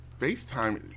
FaceTime